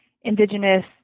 indigenous